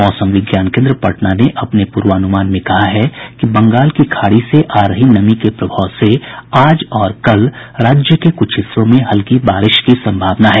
मौसम विज्ञान केन्द्र पटना ने अपने पूर्वानुमान में कहा है कि बंगाल की खाड़ी से आ रही नमी के प्रभाव से आज और कल राज्य के कुछ हिस्सों में हल्की बारिश की संभावना है